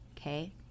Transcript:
okay